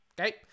Okay